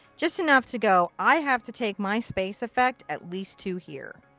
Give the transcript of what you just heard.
just enough to go, i have to take my space effect at least to here.